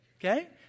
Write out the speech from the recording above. okay